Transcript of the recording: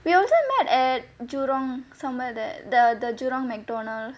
we all three met at jurong somewhere there the the jurong McDonald's